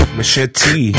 Machete